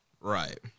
right